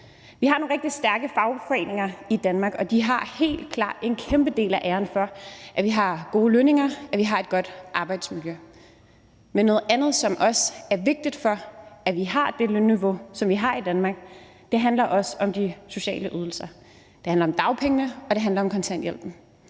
Vi har nogle rigtig stærke fagforeninger i Danmark, og de har helt klart en kæmpe del af æren for, at vi har gode lønninger og et godt arbejdsmiljø. Men noget andet, som også er vigtigt for, at vi har det lønniveau, som vi har i Danmark, handler om de sociale ydelser. Det handler om dagpengene, og det handler om kontanthjælpen.